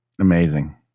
Amazing